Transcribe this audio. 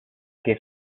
que